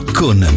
con